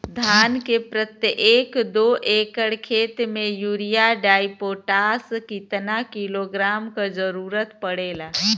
धान के प्रत्येक दो एकड़ खेत मे यूरिया डाईपोटाष कितना किलोग्राम क जरूरत पड़ेला?